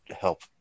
help